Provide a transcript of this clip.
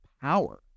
power